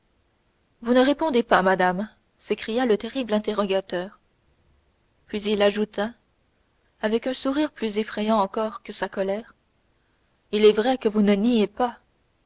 vous ne répondez pas madame s'écria le terrible interrogateur puis il ajouta avec un sourire plus effrayant encore que sa colère il est vrai que vous ne niez pas